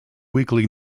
weekly